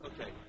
Okay